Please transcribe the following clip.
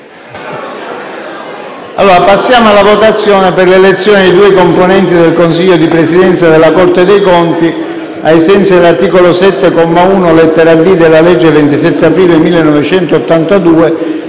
Procediamo alla votazione per l'elezione di due componenti del Consiglio di Presidenza della Corte dei conti, ai sensi dell'articolo 7, comma 1, lettera *d)*, della legge 27 aprile 1982,